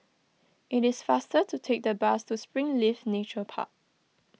it is faster to take the bus to Springleaf Nature Park